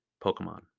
Pokemon